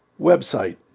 website